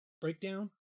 breakdown